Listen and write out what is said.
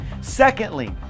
Secondly